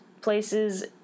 places